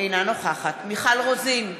אינה נוכחת מיכל רוזין,